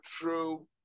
true